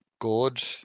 good